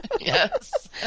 Yes